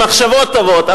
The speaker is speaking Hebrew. ממחשבות טובות,